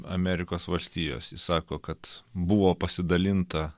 amerikos valstijose sako kad buvo pasidalinta